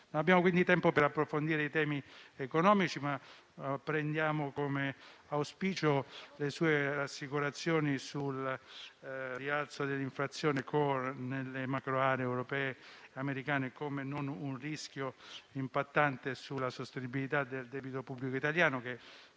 Abbiamo quindi tempo per approfondire i temi economici; prendiamo come auspicio le sue rassicurazioni sul rialzo dell'inflazione *core* nelle macro aree europee e americane, come un rischio non impattante sulla sostenibilità del debito pubblico italiano,